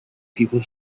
people